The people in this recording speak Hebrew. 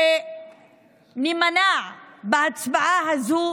להימנע בהצבעה הזו,